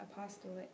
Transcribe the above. apostolate